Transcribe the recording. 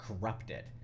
corrupted